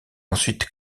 ensuite